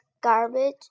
garbage